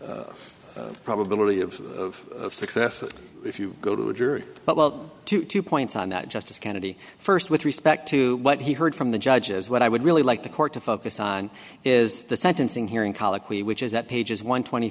probability of success if you go to a jury but well to two points on that justice kennedy first with respect to what he heard from the judges what i would really like the court to focus on is the sentencing hearing colloquy which is that pages one twenty